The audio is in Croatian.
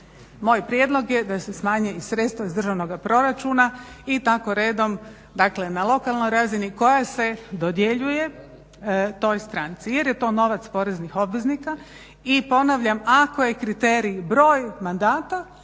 moj prijedlog je da se smanje i sredstva iz državnoga proračuna i tako redom, dakle na lokalnoj razini koja se dodjeljuje toj stranci jer je to novac poreznih obveznika i ponavljam, ako je kriterij broj mandata,